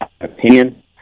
Opinion